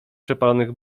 przepalonych